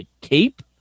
cape